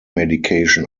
medication